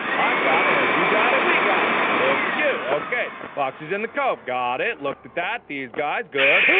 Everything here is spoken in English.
i've got it you got it we got it look at you okay fox is in the cove got it looked at that these guys good